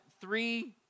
three